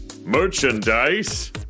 merchandise